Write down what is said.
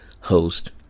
host